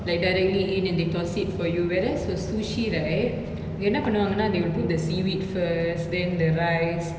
like directly in and they toss it for you whereas for sushi right என்ன பன்னுவாங்கனா:enna pannuvaanganaa they will put the seaweed first then the rice